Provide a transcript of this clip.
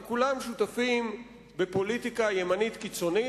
הם כולם שותפים בפוליטיקה ימנית קיצונית,